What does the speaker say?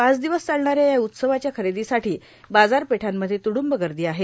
पाच दिवस चालणाऱ्या या उत्सवाच्या खरेदांसाठां बाजारपेठांमधे तुडुंब गर्दा आहे